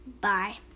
Bye